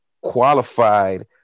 qualified